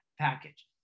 package